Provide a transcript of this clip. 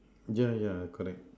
yeah yeah correct